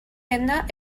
venda